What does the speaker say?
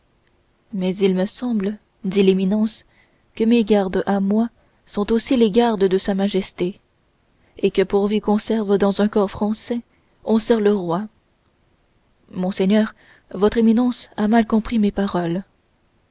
mais il me semble dit l'éminence que mes gardes à moi sont aussi les gardes de sa majesté et que pourvu qu'on serve dans un corps français on sert le roi monseigneur votre éminence a mal compris mes paroles